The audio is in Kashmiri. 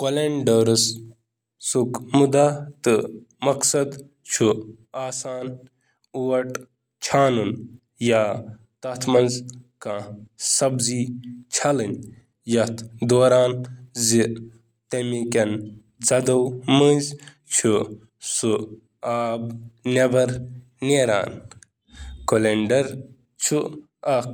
کولنڈر کَمہِ مقصدٕچ کٲم چھِ کران؟ کولنڈرُک مقصد چُھ آٹا صاف کرُن تہٕ باقی سبزی صاف